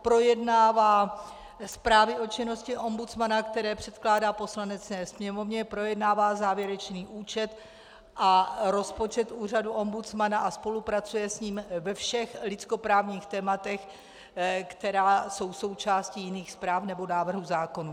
Projednává zprávy o činnosti ombudsmana, které předkládá Poslanecké sněmovně, projednává závěrečný účet a rozpočet úřadu ombudsmana a spolupracuje s ním ve všech lidskoprávních tématech, která jsou součástí jiných zpráv nebo návrhů zákonů.